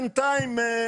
בינתיים...